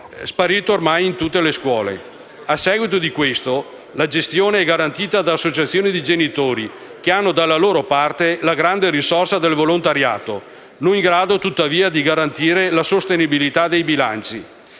sparito ormai ovunque. A seguito di questo, la gestione è garantita da associazioni di genitori che hanno dallo loro parte la grande risorsa del volontariato, non in grado tuttavia di garantire la sostenibilità dei bilanci.